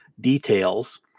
details